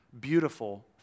beautiful